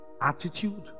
attitude